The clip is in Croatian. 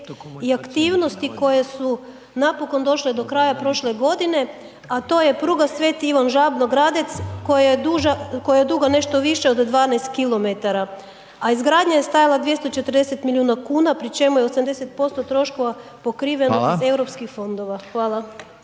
i aktivnosti koje su napokon došle do kraja prošle godine, a to je pruga Sv. Ivan Žabno-Gradec, koja je duga nešto više od 12 km, a izgradnja je stajala 240 milijuna kuna, pri čemu je 80% troškova pokriveno .../Upadica Reiner: Hvala./...